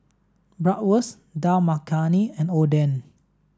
Bratwurst Dal Makhani and Oden